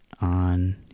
on